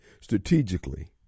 strategically